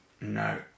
no